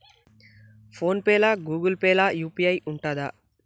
Phone pay లా Google Pay లా UPI ఉంటదా?